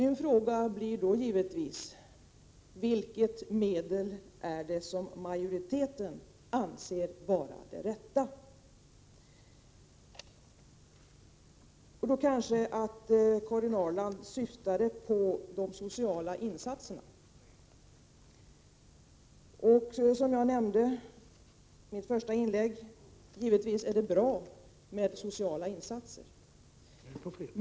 Min fråga blir då givetvis: Vilket medel är det som majoriteten anser vara det rätta? Karin Ahrland kanske syftade på de sociala insatserna. Som jag nämnde i mitt första inlägg är det givetvis bra med sociala insatser.